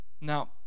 Now